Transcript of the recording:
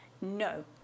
no